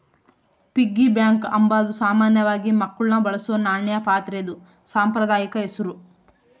piggy bank ಅಂಬಾದು ಸಾಮಾನ್ಯವಾಗಿ ಮಕ್ಳು ಬಳಸೋ ನಾಣ್ಯ ಪಾತ್ರೆದು ಸಾಂಪ್ರದಾಯಿಕ ಹೆಸುರು